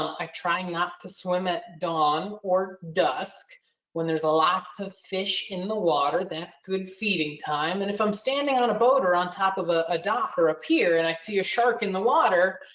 i try not to swim at dawn or dusk when there's lots of fish in the water, that's good feeding time. and if i'm standing on a boat or on top of a a dock or a pier and i see a shark in the water,